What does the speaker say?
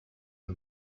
the